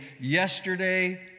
yesterday